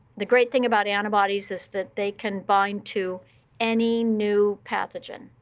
the great thing about antibodies is that they can bind to any new pathogen.